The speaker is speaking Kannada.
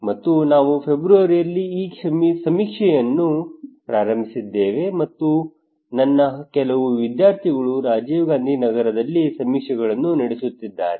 ಮತ್ತು ನಾವು ಫೆಬ್ರವರಿಯಲ್ಲಿ ಈ ಸಮೀಕ್ಷೆಯನ್ನು ಪ್ರಾರಂಭಿಸಿದ್ದೇವೆ ಮತ್ತು ನನ್ನ ಕೆಲವು ವಿದ್ಯಾರ್ಥಿಗಳು ರಾಜೀವ್ ಗಾಂಧಿ ನಗರದಲ್ಲಿ ಸಮೀಕ್ಷೆಗಳನ್ನು ನಡೆಸುತ್ತಿದ್ದಾರೆ